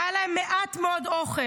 שהיה להם מעט מאוד אוכל.